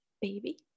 baby